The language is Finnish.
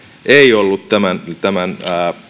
ei ollut tämän